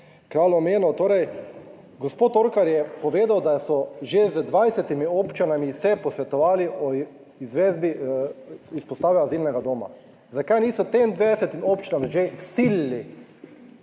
Kralj omenil, torej gospod Torkar je povedal, da so že z 20 občinami se posvetovali o izvedbi izpostave azilnega doma. Zakaj niso tem 20. občinam že vsilili